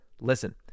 listen